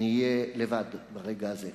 נהיה לבד ברגע הזה.